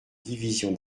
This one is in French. division